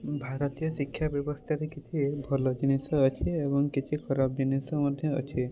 ଭାରତୀୟ ଶିକ୍ଷା ବ୍ୟବସ୍ଥାରେ କିଛି ଭଲ ଜିନିଷ ଅଛି ଏବଂ କିଛି ଖରାପ ଜିନିଷ ମଧ୍ୟ ଅଛି